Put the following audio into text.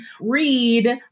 read